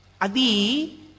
Adi